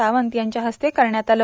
सावंत यांच्या हस्ते करण्यात आले